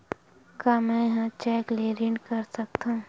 का मैं ह चेक ले ऋण कर सकथव?